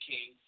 King